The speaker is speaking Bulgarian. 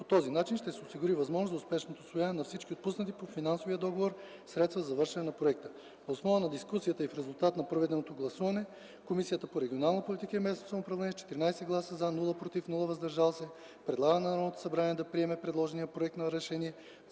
По този начин ще се осигури възможност за успешното усвояване на всички отпуснати по финансовия договор средства за завършване на проекта. Въз основа на дискусията и в резултат на проведеното гласуване, Комисията по регионална политика и местно самоуправление с 14 гласа „за”, без „против” и „въздържали се” предлага на Народното събрание да приеме предложения Проект за решение